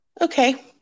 okay